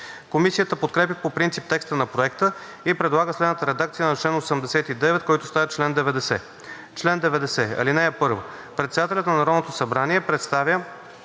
Комисията подкрепя по принцип текста на Проекта и предлага следната редакция на чл. 89, който става чл. 90: „Чл. 90. (1) Председателят на Народното събрание представя